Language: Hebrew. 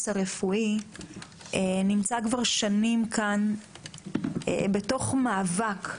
הרפואי נמצא כבר שנים כאן בתוך מאבק,